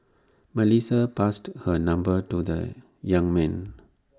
Melissa passed her number to the young man